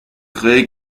créez